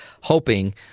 hoping